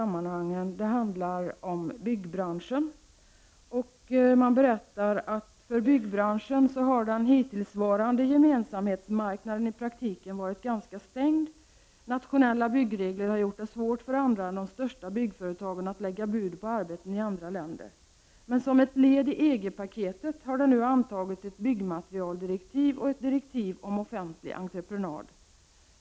Man berättar att för byggbranschen har den hittillsvarande gemensamhetsmarknaden i praktiken varit ganska stängd. Nationella byggregler har gjort det svårt för andra än de största byggföretagen att lägga bud på arbeten i andra länder. Men som ett led i EG-paketet har nu antagits ett byggmaterialdirektiv och ett direktiv om offentlig entreprenad.